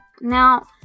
Now